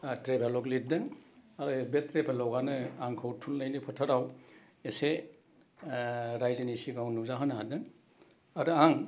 travelogue लिरदों आरो बे ट्रेभेलगानो आंखौ थुनलाइनि फोथाराव इसे रायजोनि सिगाङाव नुजा होनो हादों आरो आं